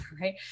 right